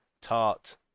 tart